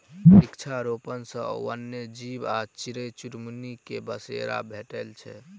वृक्षारोपण खेती सॅ वन्य जीव आ चिड़ै चुनमुनी के बसेरा भेटैत छै